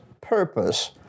purpose